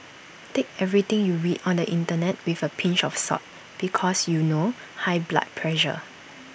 take everything you read on the Internet with A pinch of salt because you know high blood pressure